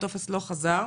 הטופס לא חזר.